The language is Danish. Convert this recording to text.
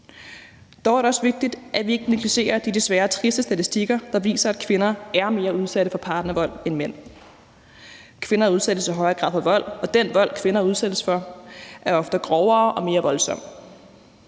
Dog er det også vigtigt, at vi ikke negligerer de desværre triste statistikker, der viser, at kvinder er mere udsat for partnervoldend mænd. Kvinder udsættes i højere grad for vold, og den vold, kvinder udsættes for, er ofte grovere og mere voldsom.